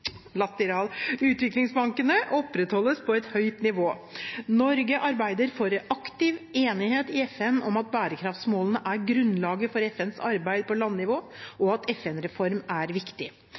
utviklingsbankene opprettholdes på et høyt nivå. Norge arbeider aktivt for enighet i FN om at bærekraftsmålene er grunnlaget for FNs arbeid på landnivå, og at FN-reform er viktig.